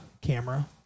camera